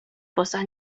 poza